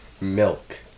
milk